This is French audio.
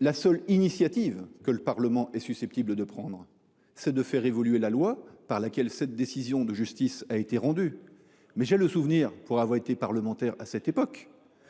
La seule initiative que le Parlement est susceptible de prendre, c’est de faire évoluer la loi en vertu de laquelle cette décision de justice a été rendue. Mais, pour avoir été parlementaire à l’époque